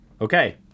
Okay